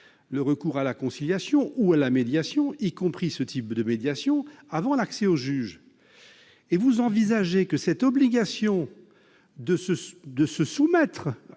le recours à la conciliation ou à la médiation, y compris ce type de médiation, avant l'accès aux juges. Vous envisagez que l'obligation de se soumettre